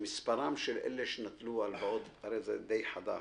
היא שמספרם של אלה שנטלו הלוואות הרי זה די חדש.